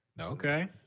Okay